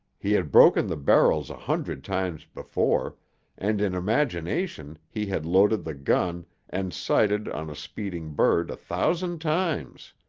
he had broken the barrels a hundred times before and in imagination he had loaded the gun and sighted on a speeding bird a thousand times.